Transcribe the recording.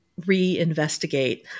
reinvestigate